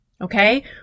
okay